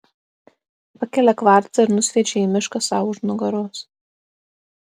pakelia kvarcą ir nusviedžia į mišką sau už nugaros